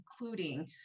including